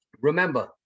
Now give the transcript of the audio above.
remember